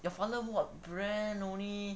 your father what brand only